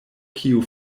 kiu